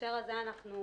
בהקשר הזה, אנחנו